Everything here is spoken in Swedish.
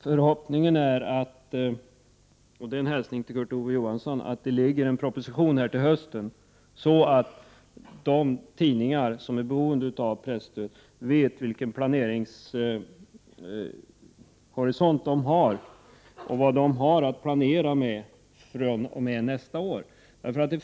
Förhoppningen är, vilket är en hälsning till Kurt Ove Johansson, att en proposition läggs fram under hösten, i vilken det föreslås att de tidningar som är beroende av presstöd vet hur de skall planera fr.o.m. nästa år.